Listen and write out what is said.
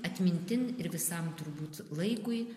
atmintin ir visam turbūt laikui